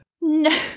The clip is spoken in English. No